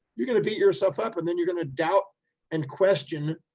you're going to beat yourself up and then you're going to doubt and question,